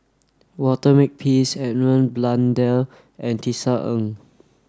Walter Makepeace Edmund Blundell and Tisa Ng